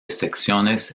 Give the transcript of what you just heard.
secciones